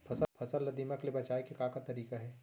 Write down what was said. फसल ला दीमक ले बचाये के का का तरीका हे?